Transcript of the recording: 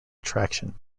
attraction